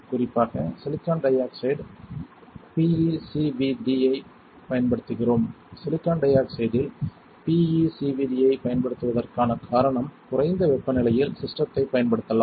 குறிப்பாக silicon di oxide PECVD ஐப் பயன்படுத்துகிறோம் சிலிக்கான் டை ஆக்சைடில் பிஈசிவிடி ஐப் பயன்படுத்துவதற்கான காரணம் குறைந்த வெப்பநிலையில் சிஸ்டத்தைப் பயன்படுத்தலாம்